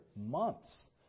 months